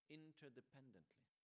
interdependently